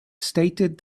stated